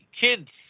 kids